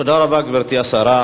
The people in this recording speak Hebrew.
תודה רבה, גברתי השרה.